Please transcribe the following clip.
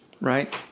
Right